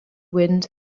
wind